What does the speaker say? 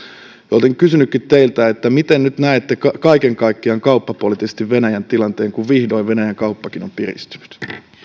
olisinkin kysynyt teiltä miten nyt näette kaiken kaikkiaan kauppapoliittisesti venäjän tilanteen kun vihdoin venäjän kauppakin on piristynyt